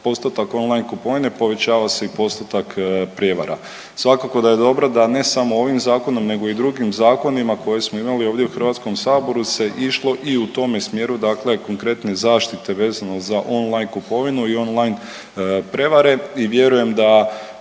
postotak online kupovine povećava se i postotak prijevara. Svakako da je dobro da ne samo ovim zakonom nego i drugim zakonima koje smo imali ovdje u HS se išlo i u tome smjeru dakle konkretne zaštite vezano za online kupovinu i online prevare i vjerujem da